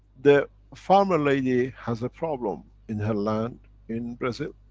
the farmer lady has a problem in her land in brazil.